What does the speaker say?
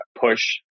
push –